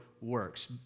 works